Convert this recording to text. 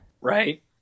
Right